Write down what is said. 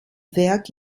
werk